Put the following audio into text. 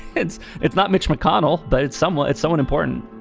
it's it's not mitch mcconnell, but it's someone it's someone important